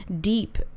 deep